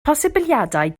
posibiliadau